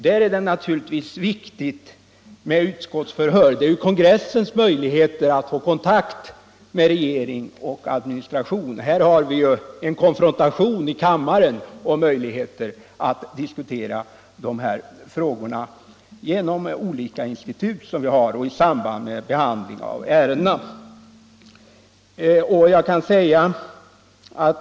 Där är det naturligtvis viktigt med utskottsförhör, som är kongressens möjlighet att få kontakt med regering och administration. Här sker en konfrontation i kammaren, och vi har möjligheter att diskutera dessa frågor genom olika institut och i samband med behandlingen av ärendena.